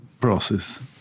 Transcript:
process